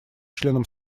членам